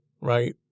right